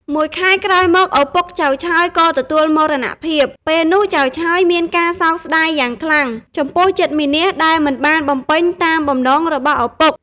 មួយខែក្រោយមក ឪពុកចៅឆើយក៏ទទួលមរណភាព ពេលនោះ ចៅឆើយមានការសោកស្តាយយ៉ាងខ្លាំង ចំពោះចិត្តមានះដែលមិនបានបំពេញ តាមបំណងរបស់ឪពុក ។